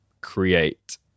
create